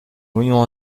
monument